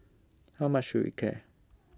how much should we care